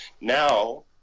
Now